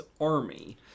army